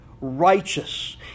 righteous